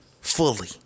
fully